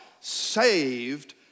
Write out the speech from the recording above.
Saved